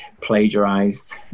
plagiarized